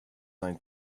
nine